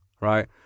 right